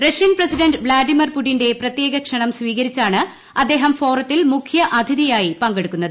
Russian president Vladimir പുടിന്റെ പ്രത്യേക ക്ഷണം സ്വീകരിച്ചാണ് അദ്ദേഹം ഫോറത്തിൽ മുഖ്യ അതിഥിയായി പങ്കെടുക്കുന്നത്